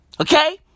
Okay